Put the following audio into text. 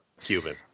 Cuban